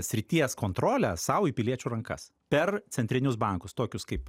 srities kontrolę sau į piliečių rankas per centrinius bankus tokius kaip